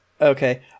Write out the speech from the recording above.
Okay